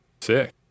sick